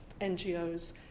NGOs